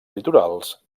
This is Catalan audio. litorals